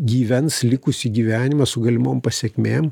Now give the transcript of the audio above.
gyvens likusį gyvenimą su galimom pasekmėm